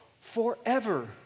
forever